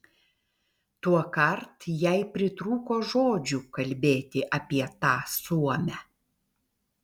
tuokart jai pritrūko žodžių kalbėti apie tą suomę